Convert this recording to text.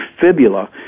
fibula